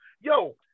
Yo